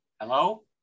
Hello